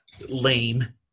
lame